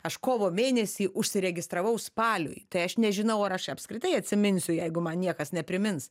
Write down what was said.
aš kovo mėnesį užsiregistravau spaliui tai aš nežinau ar aš apskritai atsiminsiu jeigu man niekas neprimins